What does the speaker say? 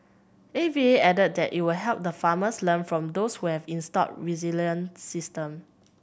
A V A added that it will help the farmers learn from those who have installed resilient system